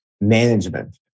Management